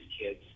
kids